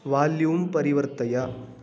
volume परिवर्तय